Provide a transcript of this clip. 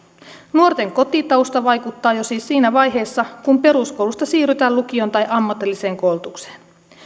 nuorten kotitausta vaikuttaa siis jo siinä vaiheessa kun peruskoulusta siirrytään lukioon tai ammatilliseen koulutukseen